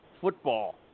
football